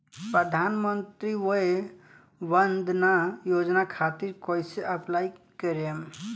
प्रधानमंत्री वय वन्द ना योजना खातिर कइसे अप्लाई करेम?